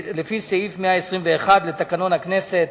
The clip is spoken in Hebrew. לפי סעיף 121 לתקנון הכנסת.